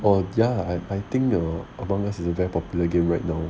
!wah! ya I I think your among us is a very popular game right now